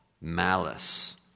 malice